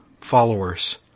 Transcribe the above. followers